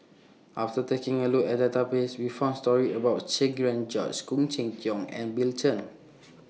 after taking A Look At The Database We found stories about Cherian George Khoo Cheng Tiong and Bill Chen